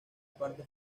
parte